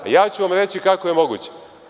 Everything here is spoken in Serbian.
Ja ću vam reći kako je moguće.